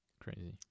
crazy